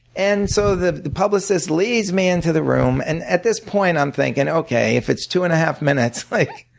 and so the the publicist leads me into the room, and at this point i'm thinking okay, if it's two and a half minutes, like